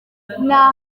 nta